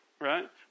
right